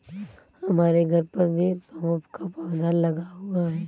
हमारे घर पर भी सौंफ का पौधा लगा हुआ है